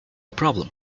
problem